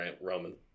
Roman